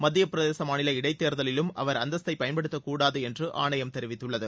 மத்திய பிரதேச மாநில இடைத் தேர்தலிலும் அவர் அந்தஸ்தை பயன்படுத்தக் கூடாது என்று ஆணையம் தெரிவித்துள்ளது